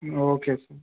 okay sir